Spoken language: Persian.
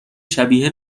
شبیه